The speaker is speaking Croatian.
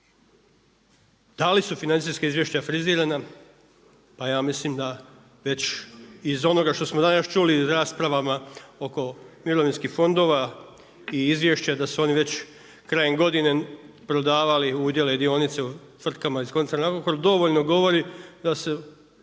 Da li su financijska izvješća frizirana? Pa ja mislim da već iz onoga što smo danas čuli u raspravama oko mirovinskih fondova i izvješća da su oni već krajem godine prodavali udjele, dionice tvrtkama iz koncertna Agrokor dovoljno govori da se